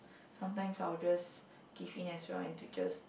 sometimes I'll just give in as well and to just